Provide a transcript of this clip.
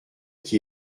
qui